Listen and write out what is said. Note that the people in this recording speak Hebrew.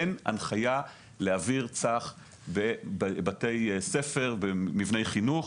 אין הנחייה לאוויר צח בבתי ספר ומבני חינוך.